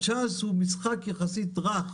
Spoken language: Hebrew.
הצ'אנס הוא משחק יחסית רך.